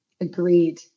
Agreed